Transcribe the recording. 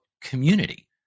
community